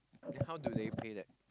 then how do they pay them